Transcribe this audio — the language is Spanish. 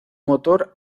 motor